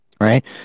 right